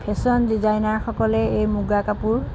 fashion ডিজাইনাৰসকলে এই মুগা কাপোৰ